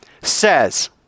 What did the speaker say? says